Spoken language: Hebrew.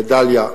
לדאליה,